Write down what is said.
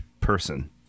person